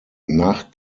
nach